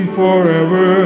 forever